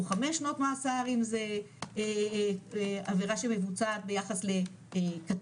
5 שנות מאסר אם זה עבירה שמבוצעת ביחס לקטין.